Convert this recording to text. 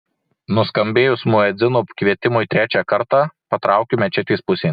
nuskambėjus muedzino kvietimui trečią kartą patraukiu mečetės pusėn